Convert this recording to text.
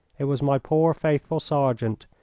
it was my poor, faithful sergeant,